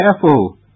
careful